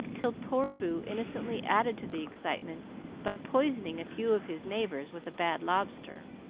till poor boo innocently added to the excitement by poisoning a few of his neighbors with a bad lobster.